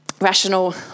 rational